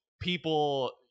people